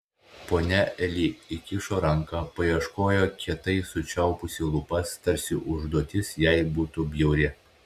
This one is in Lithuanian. ponia eli įkišo ranką paieškojo kietai sučiaupusi lūpas tarsi užduotis jai būtų bjauri